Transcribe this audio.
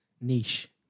Niche